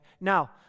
Now